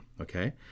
Okay